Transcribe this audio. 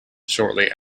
shortly